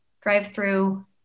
drive-through